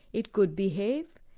it could behave,